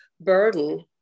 burden